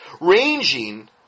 ranging